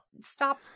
stop